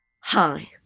Hi